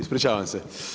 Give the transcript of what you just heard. Ispričavam se.